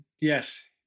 yes